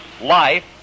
life